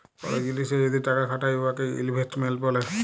call জিলিসে যদি টাকা খাটায় উয়াকে ইলভেস্টমেল্ট ব্যলে